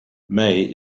may